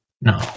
No